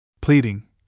Pleading